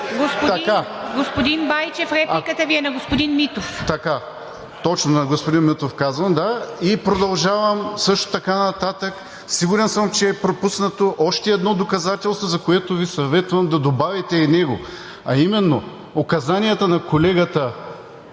Господин Байчев, репликата Ви е на господин Митов.